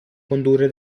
condurre